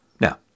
Now